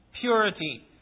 purity